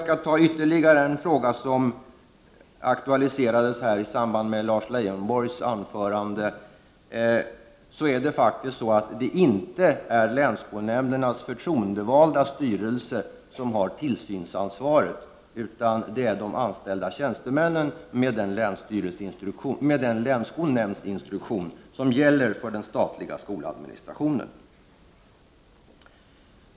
För att ta upp en annan fråga, som Lars Leijonborg aktualiserade i sitt anförande, vill jag säga att det faktiskt inte är länsskolnämndernas förtroendevalda styrelse som har tillsynsansvaret för skolan utan de anställda tjänstemännen med den länsskolnämndsinstruktion som gäller för den statliga skoladministrationen.